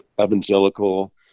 evangelical